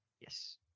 Yes